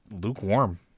lukewarm